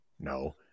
No